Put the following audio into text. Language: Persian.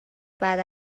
بعد